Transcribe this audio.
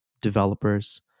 Developers